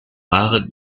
waren